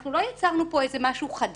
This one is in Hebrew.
אנחנו לא יצרנו פה איזה משהו חדש.